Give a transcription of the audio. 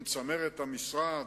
עם צמרת המשרד,